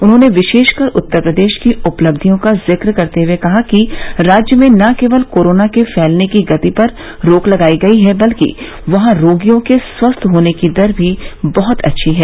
उन्होंने विशेषकर उत्तर प्रदेश की उपलधियों का जिक्र करते हुए कहा कि राज्य में न केवल कोरोना के फैलने की गति पर रोक लगाई गई है बल्कि वहां रोगियों के स्वस्थ होने की दर भी बहुत अच्छी है